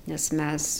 nes mes